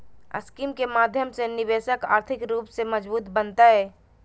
scheme के माध्यम से निवेशक आर्थिक रूप से मजबूत बनतय